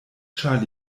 ĉar